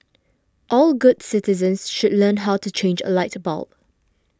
all good citizens should learn how to change a light bulb